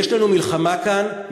יש לנו מלחמה כאן,